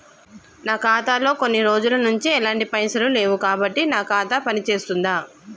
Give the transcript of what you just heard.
నా ఖాతా లో కొన్ని రోజుల నుంచి ఎలాంటి పైసలు లేవు కాబట్టి నా ఖాతా పని చేస్తుందా?